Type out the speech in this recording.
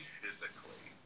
physically